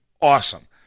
awesome